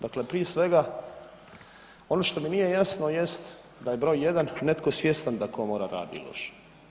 Dakle, prije svega ono što mi nije jasno jest da je broj jedan netko svjestan da Komora radi loše.